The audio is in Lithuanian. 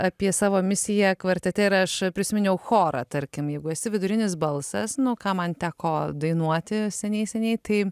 apie savo misiją kvartete ir aš prisiminiau chorą tarkim jeigu esi vidurinis balsas nu ką man teko dainuoti seniai seniai tai